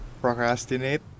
procrastinate